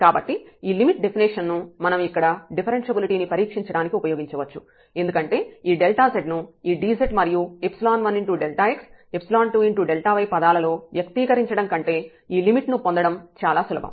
కాబట్టి ఈ limit definition ను మనం ఇక్కడ డిఫరెన్ష్యబిలిటీ ని పరీక్షించడానికి ఉపయోగించవచ్చు ఎందుకంటే ఈ Δz ను ఈ dz మరియు 1Δx 2Δy పదాలలో వ్యక్తీకరించడం కంటే ఈ లిమిట్ ను పొందడం చాలా సులభం